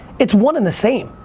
it's one and the same,